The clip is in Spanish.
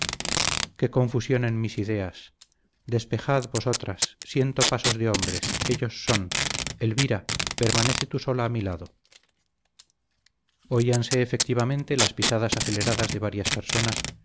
qué confusión en mis ideas despejad vosotras siento pasos de hombres ellos son elvira permanece tú sola a mi lado oíanse efectivamente las pisadas aceleradas de varias personas